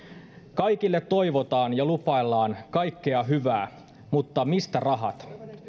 kaikille toivotaan ja lupaillaan kaikkea hyvää mutta mistä rahat